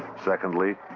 secondly,